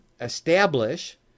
establish